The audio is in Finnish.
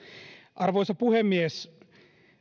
arvoisa puhemies